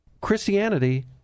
Christianity